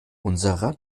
unserer